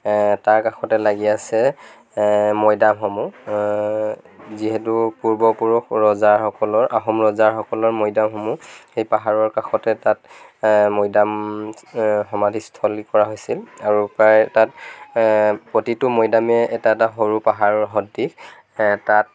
তাৰ কাষতে লাগি আছে মৈদামসমূহ যিহেতু পূৰ্বপুৰুষ ৰজাসকলৰ আহোম ৰজাসকলৰ মৈদামসমূহ সেই পাহাৰৰ কাষতে তাত মৈদাম সমাধিস্থলী কৰা হৈছিল আৰু প্ৰায় তাত প্ৰতিটো মৈদামে এটা এটা সৰু পাহাৰৰ সদৃশ তাত